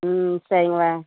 ம் சரிங்க வ